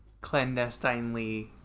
clandestinely